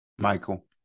Michael